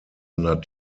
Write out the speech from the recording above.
under